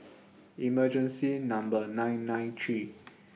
emergency Number nine nine three